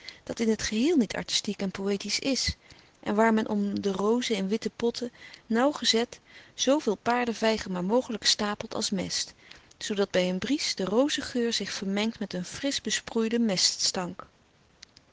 dat in het geheel niet artistiek en poëtisch is en waar men om de rozen in witte potten nauwgezet zooveel paardevijgen maar mogelijk stapelt als mest zoodat bij een bries de rozengeur zich vermengt met een frisch besproeiden